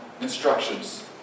instructions